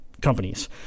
companies